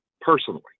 personally